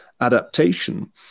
adaptation